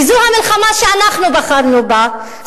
וזו המלחמה שאנחנו בחרנו בה,